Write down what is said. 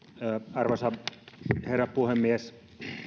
arvoisa herra puhemies